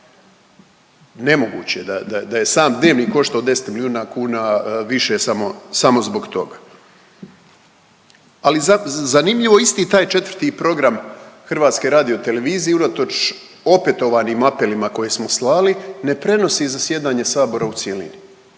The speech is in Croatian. Nemoguće da je sam Dnevnik koštao 10 milijuna kuna više samo, samo zbog toga. Ali zanimljivo, isti taj 4. program HRT-a unatoč opetovanim apelima koje smo slali, ne prenosi zasjedanje Sabora u cjelini,